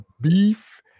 beef